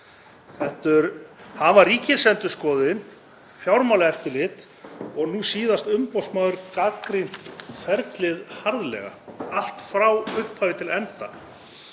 hafa Ríkisendurskoðun, Fjármálaeftirlit og nú síðast umboðsmaður gagnrýnt ferlið harðlega, allt frá upphafi til enda.